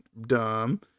Dumb